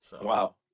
Wow